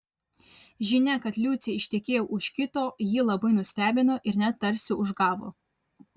žinia kad liucė ištekėjo už kito jį labai nustebino ir net tarsi užgavo